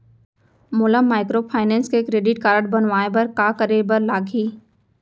मोला माइक्रोफाइनेंस के credit card बनवाए बर का करे बर लागही?